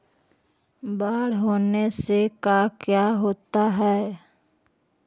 बाढ़ होने से का क्या होता है?